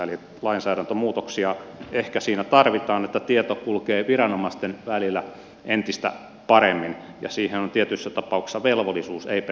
eli lainsäädäntömuutoksia ehkä siinä tarvitaan että tieto kulkee viranomaisten välillä entistä paremmin ja siihen on tietyissä tapauksissa velvollisuus ei pelkästään oikeus